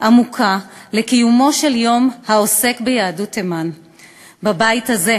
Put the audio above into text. עמוקה לקיומו של יום העוסק ביהדות תימן בבית הזה,